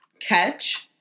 catch